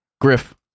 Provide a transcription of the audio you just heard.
Griff